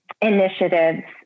initiatives